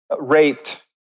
raped